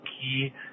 key